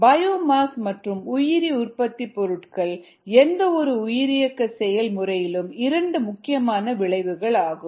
biomass மற்றும் உயிரி உற்பத்திப் பொருள்கள் எந்தவொரு உயிரியக்க செயல் முறையிலும் இரண்டு முக்கியமான விளைவுகளாகும்